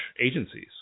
agencies